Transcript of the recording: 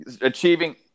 achieving